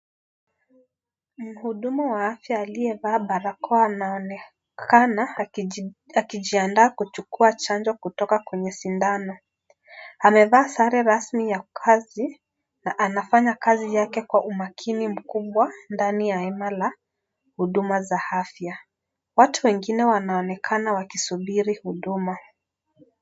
Mhudumu wa afya aliyevaa barakoa anaonekana akijiandaa kuchukuwa janjo kutoka kwenye sindano. Amevaa sare rasmi ya kazi na anafanya kazi yake kwa umakini kubwa ndani ya ema la huduma za afya. Watu wengine wanaonekana wakisubiri huduma.